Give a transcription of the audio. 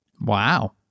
Wow